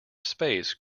space